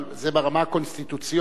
אבל זה ברמה הקונסטיטוציונית.